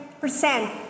percent